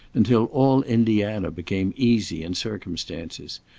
until all indiana became easy in circumstances.